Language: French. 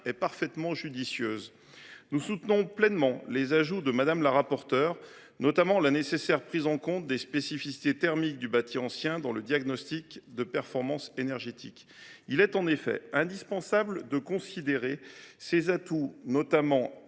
est parfaitement judicieuse. Nous nous réjouissons des ajouts opérés par Mme la rapporteure, notamment la nécessaire prise en compte des spécificités thermiques du bâti ancien dans le diagnostic de performance énergétique. Il est en effet indispensable de considérer ses atouts, notamment